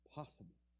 Possible